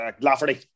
Lafferty